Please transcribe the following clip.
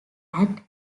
act